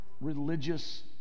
religious